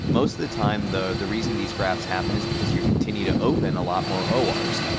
most of the time the reason these graphs happen is because you continue to open a lot more ors.